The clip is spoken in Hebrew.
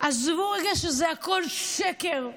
עזבו רגע שזה הכול שקר,